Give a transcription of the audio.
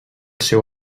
seu